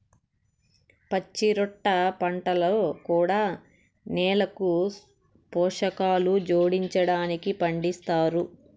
పచ్చిరొట్ట పంటలు కూడా నేలకు పోషకాలు జోడించడానికి పండిస్తారు